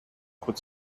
could